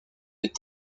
des